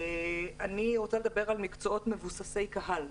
אני רוצה לדבר על מקצועות מבוססי קהל.